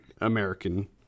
american